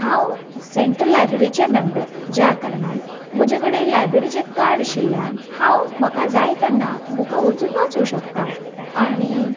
हांव सेंट्रल लायब्ररीचें मेमबर ज्या कारणान म्हजेेकडेन लायब्ररीचें कार्ड आशिल्यान हांव म्हाका जाय तेन्ना बुकां वचून वाचूंक शकतां आनी